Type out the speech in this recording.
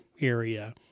area